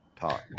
Talk